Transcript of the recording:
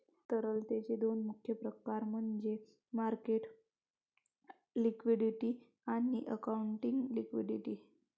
तरलतेचे दोन मुख्य प्रकार म्हणजे मार्केट लिक्विडिटी आणि अकाउंटिंग लिक्विडिटी